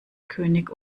könig